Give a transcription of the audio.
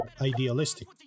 idealistic